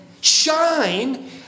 Shine